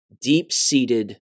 deep-seated